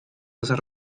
hacen